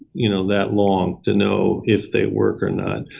you know, that long to know if they work or not.